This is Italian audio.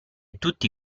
tutti